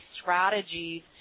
strategies